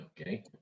Okay